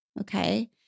Okay